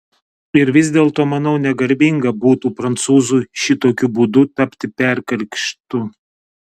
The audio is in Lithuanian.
ir vis dėlto manau negarbinga būtų prancūzui šitokiu būdu tapti perkrikštu